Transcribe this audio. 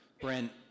Brent